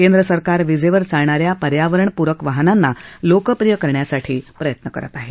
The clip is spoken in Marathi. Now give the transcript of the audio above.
केंद्रसरकार विजेवर चालणाऱ्या पर्यावरणपूरक वाहनांना लोकप्रिय करण्यासाठी प्रयत्न करत आहेत